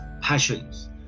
passions